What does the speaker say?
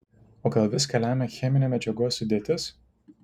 o gal viską lemia cheminė medžiagos sudėtis